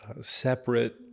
separate